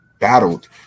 battled